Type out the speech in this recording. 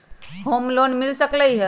Home loan मिल सकलइ ह?